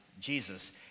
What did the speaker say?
Jesus